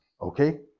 Okay